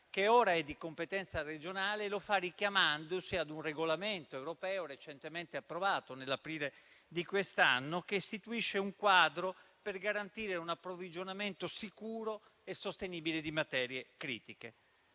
che ora è di competenza regionale. Lo fa richiamandosi ad un regolamento europeo recentemente approvato, nell'aprile di quest'anno, che istituisce un quadro per garantire un approvvigionamento sicuro e sostenibile di materie critiche.